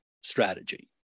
strategy